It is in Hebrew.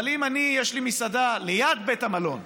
אבל אם יש לי מסעדה ליד בית המלון,